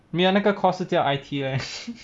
没有那个 course 是叫 I_T leh